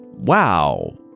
Wow